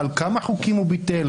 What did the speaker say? כמה חוקים הוא ביטל,